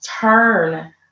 turn